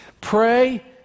pray